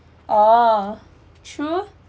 oh true